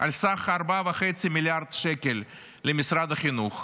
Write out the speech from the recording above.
על סך 4.5 מיליארד שקל למשרד החינוך,